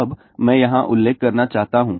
अब मैं यहाँ उल्लेख करना चाहता हूँ